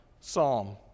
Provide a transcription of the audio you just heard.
psalm